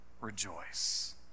rejoice